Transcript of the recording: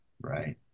right